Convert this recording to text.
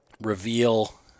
Reveal